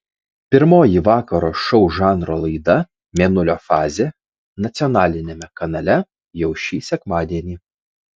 pirmoji vakaro šou žanro laida mėnulio fazė nacionaliniame kanale jau šį sekmadienį